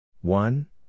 One